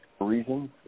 reasons